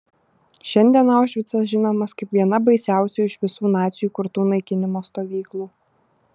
šiandien aušvicas žinomas kaip viena baisiausių iš visų nacių įkurtų naikinimo stovyklų